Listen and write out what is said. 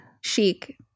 Chic